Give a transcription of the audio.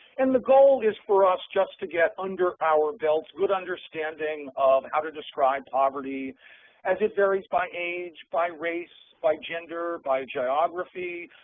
and the goal is for us just to get under our belts good understanding of how to describe poverty as it varies by age, by race, by gender, by geography,